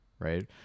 Right